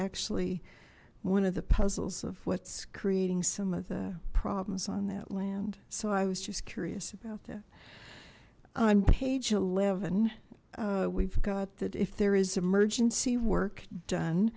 actually one of the puzzles of what's creating some of the problems on that land so i was just curious about that on page eleven we've got that if there is emergency work done